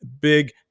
big